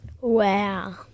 Wow